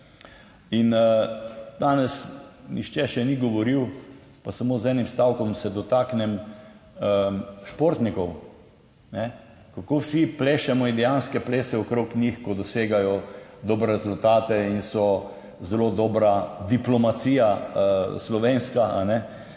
Danes nihče še ni govoril, pa samo z enim stavkom se dotaknem športnikov: kako vsi plešemo in dejanske plese okrog njih, ko dosegajo dobre rezultate in so zelo dobra diplomacija, slovenska. Te